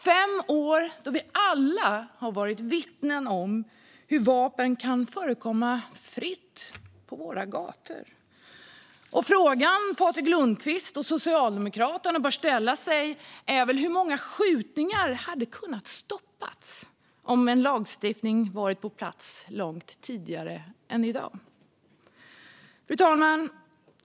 Under dessa fem år har vi alla bevittnat hur vapen förekommer fritt på våra gator. Frågan Patrik Lundkvist och Socialdemokraterna bör ställa sig är hur många skjutningar som hade kunnat stoppas om en lagstiftning hade varit på plats långt tidigare än i dag. Fru talman!